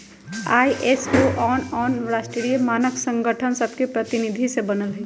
ISO आन आन राष्ट्रीय मानक संगठन सभके प्रतिनिधि से बनल हइ